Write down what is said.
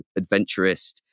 adventurist